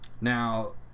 Now